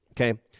okay